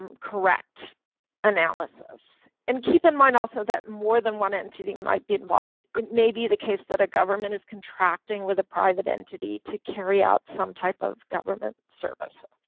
correct analysis and keep in mind also that more than one entity might be involved it may be the case that a government is contracting with a private entity to carry out some type of government service